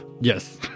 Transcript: Yes